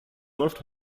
läuft